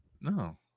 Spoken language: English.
no